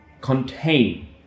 contain